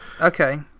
Okay